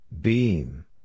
Beam